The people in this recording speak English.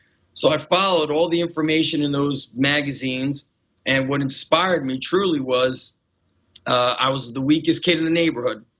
so i followed all the information in those magazines and what inspired me truly was i was the weakest kid in the neighborhood.